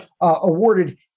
awarded